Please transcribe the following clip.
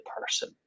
person